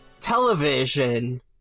television